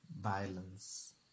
violence